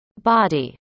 body